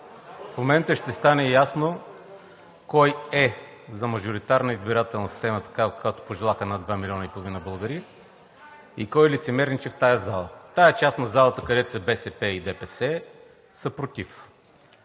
В момента ще стане ясно кой е за мажоритарна избирателна система – такава, каквато я пожелаха над два милиона и половина българи, и кой лицемерничи в тази зала. В тази част на залата, където са БСП и ДПС, са против,